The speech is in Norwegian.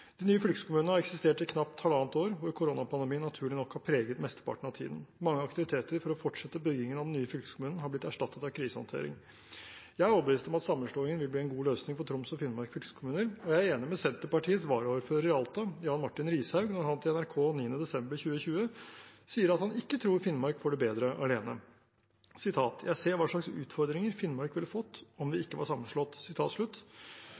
De nye fylkeskommunene har eksistert i knapt halvannet år, hvor koronapandemien naturlig nok har preget mesteparten av tiden. Mange aktiviteter for å fortsette byggingen av den nye fylkeskommunen har blitt erstattet av krisehåndtering. Jeg er overbevist om at sammenslåingen vil bli en god løsning for Troms og Finnmark fylkeskommuner. Jeg er enig med Senterpartiets varaordfører i Alta, Jan Martin Rishaug, når han til NRK 9. desember 2020 sier at han ikke tror Finnmark får det bedre alene: «Jeg ser hva slags utfordringer Finnmark ville fått om